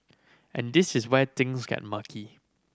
and this is where things get murky